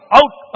out